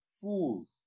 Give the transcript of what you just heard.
fools